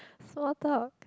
small talk